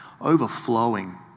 overflowing